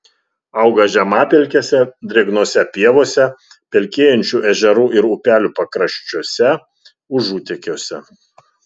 auga žemapelkėse drėgnose pievose pelkėjančių ežerų ir upelių pakraščiuose užutekiuose